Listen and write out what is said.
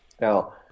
Now